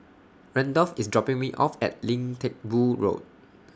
Randolf IS dropping Me off At Lim Teck Boo Road